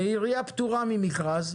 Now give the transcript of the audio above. עירייה פטורה ממכרז,